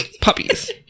Puppies